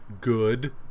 good